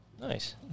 Nice